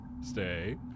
Stay